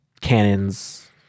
cannons